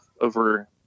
over